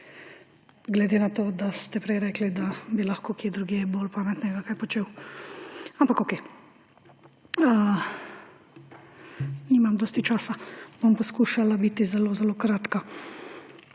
glede na to, da ste prej rekli, da bi lahko kje drugje bolj pametnega kaj počel, ampak okej. Nimam dosti časa, bom poskušala biti zelo zelo kratka.